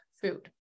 food